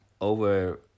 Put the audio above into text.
over